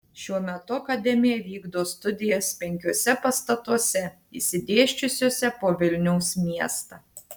šiuo metu akademija vykdo studijas penkiuose pastatuose išsidėsčiusiuose po vilniaus miestą